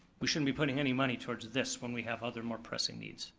we shouldn't be putting any money towards this when we have other more pressing needs,